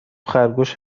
خرگوش